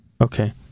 Okay